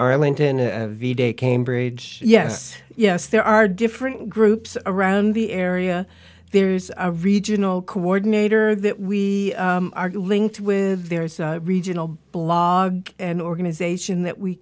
arlington v day cambridge yes yes there are different groups around the area there's a regional coordinator that we are linked with there is a regional blog an organization that we